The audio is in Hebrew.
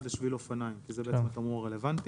לשביל אופניים כי זה בעצם התמרור הרלוונטי.